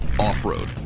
Off-road